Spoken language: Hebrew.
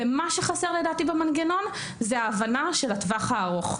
מה שחסר לדעתי במנגנון זה ההבנה של הטווח הארוך.